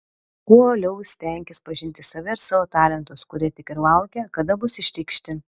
kuo uoliau stenkis pažinti save ir savo talentus kurie tik ir laukia kada bus išreikšti